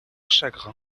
chagrin